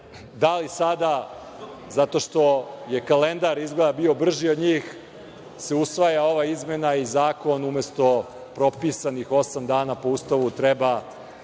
da li se sada, zato što je kalendar izgleda bio brži od njih, usvaja ova izmena i zakon umesto propisanih osam dana po Ustavu treba